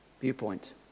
viewpoint